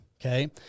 okay